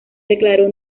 declaró